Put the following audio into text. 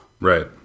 right